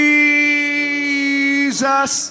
Jesus